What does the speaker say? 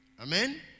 Amen